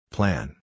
Plan